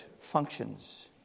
functions